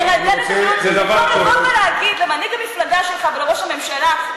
במקום לבוא ולהגיד למנהיג המפלגה שלך ולראש הממשלה,